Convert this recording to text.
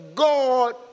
God